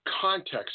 context